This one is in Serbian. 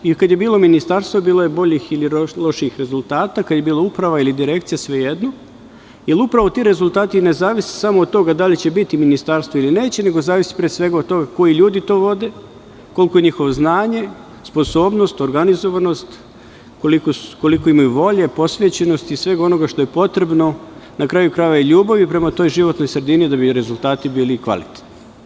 I kada je bilo ministarstvo, bilo je boljih ili lošijih rezultata, kada je bila uprava ili direkcija, svejedno, jer upravo ti rezultati ne zavise samo od toga da li će biti ministarstvo ili neće, nego zavisi pre svega od toga koji ljudi to vode, koliko je njihovo znanje, sposobnost, organizovanost, koliko imaju volje, posvećenosti i svega onoga što je potrebno, na kraju krajeva i ljubavi prema toj životnoj sredini, da bi i rezultati bili kvalitetni.